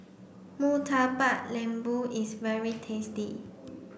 Murtabak Lembu is very tasty